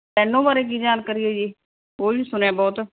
ਸਟੈਨੋਂ ਬਾਰੇ ਕੀ ਜਾਣਕਾਰੀ ਹੈ ਜੀ ਉਹ ਵੀ ਸੁਣਿਆ ਬਹੁਤ